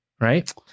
right